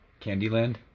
Candyland